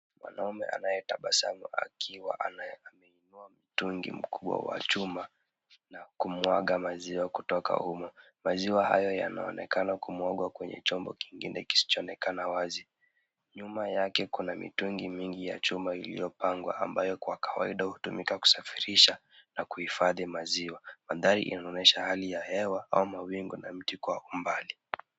Mwanaume anaye tabasamu akiwa anainunua mtungi mkubwa wa chuma, na kumwaga maziwa kutoka humo. Maziwa hayo yanaonekana kumwagwa kwenye chombo kingine kisichoonekana wazi. Nyuma yake kuna mitungi mingi ya chuma iliyopangwa, ambayo kwa kawaida hutumika kusafirisha na kuhifadhi maziwa. Mandhari yanaonyesha hali ya hewa au mawingu, na miti kwa umbali.